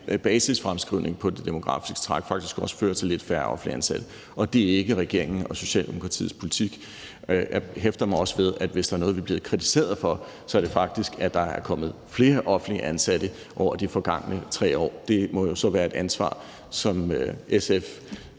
basisfremskrivning på det demografiske træk faktisk også føre til lidt færre offentligt ansatte. Og det er ikke regeringen og Socialdemokratiets politik. Jeg hæfter mig også ved, at hvis der er noget, vi bliver kritiseret for, er det faktisk, at der er kommet flere offentligt ansatte over de forgangne 3 år. Det må jo så være et ansvar, som SF's